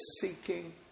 seeking